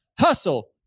hustle